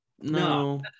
No